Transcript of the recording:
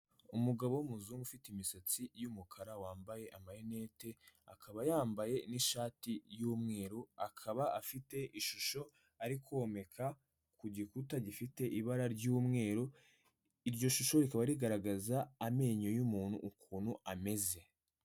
Umugabo w'umuzungu ufite imisatsi y'umukara wambaye amarinete, akaba yambaye n'ishati y'umweru akaba afite ishusho ari komeka ku gikuta gifite ibara ry'umweru, iryo shusho rikaba rigaragaza amenyo y'umuntu ukuntu ameze.